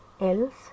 else